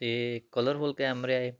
ਅਤੇ ਕਲਰਫੁੱਲ ਕੈਮਰੇ ਆਏ